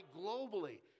globally